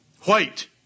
White